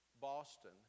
Boston